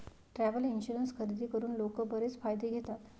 travel insurance खरेदी करून लोक बरेच फायदे घेतात